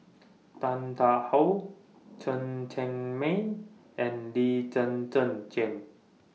Tan Tarn How Chen Cheng Mei and Lee Zhen Zhen Jane